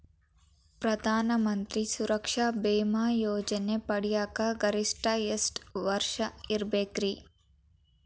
ಪ್ರಧಾನ ಮಂತ್ರಿ ಸುರಕ್ಷಾ ಭೇಮಾ ಯೋಜನೆ ಪಡಿಯಾಕ್ ಗರಿಷ್ಠ ಎಷ್ಟ ವರ್ಷ ಇರ್ಬೇಕ್ರಿ?